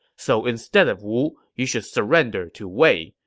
so instead of wu, you should surrender to wei.